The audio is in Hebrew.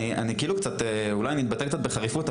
אני אולי אתבטא קצת בחריפות,